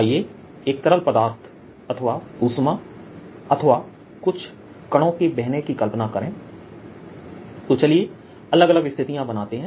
आइए एक तरल पदार्थ अथवा ऊष्मा अथवा कुछ कणों के बहने की कल्पना करें तो चलिए अलग अलग स्थितियां बनाते हैं